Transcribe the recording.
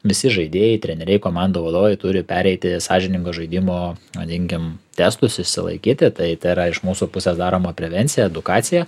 visi žaidėjai treneriai komandų vadovai turi pereiti sąžiningo žaidimo vadinkim testus išsilaikyti tai tai yra iš mūsų pusės daroma prevencija edukacija